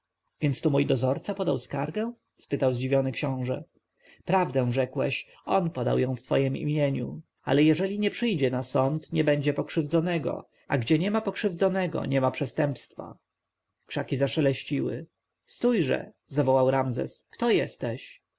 mój dozorca podał skargę spytał zdziwiony książę prawdę rzekłeś on podał ją w twojem imieniu ale jeżeli nie przyjdzie na sąd nie będzie pokrzywdzonego a gdzie niema pokrzywdzonego niema przestępstwa krzaki zaszeleściły stójże zawołał ramzes kto jesteś